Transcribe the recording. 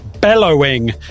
bellowing